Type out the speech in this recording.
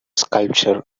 sculpture